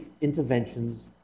interventions